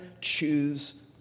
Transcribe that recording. choose